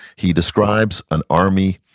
he describes an army,